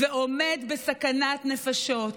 ועומד בסכנת נפשות".